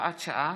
הוראת שעה),